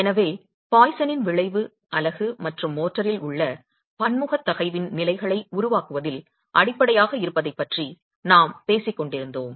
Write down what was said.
எனவே பாய்சனின் விளைவு அலகு மற்றும் மோர்டரில் உள்ள பன்முக தகைவின் நிலைகளை உருவாக்குவதில் அடிப்படையாக இருப்பதைப் பற்றி நாம் பேசிக் கொண்டிருந்தோம்